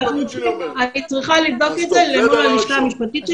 אני צריכה לבדוק את זה מול הלשכה המשפטית שלי.